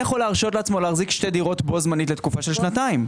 מי יכול להרשות לעצמו להחזיק שתי דירות בו זמנית לתקופה של שנתיים?